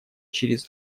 через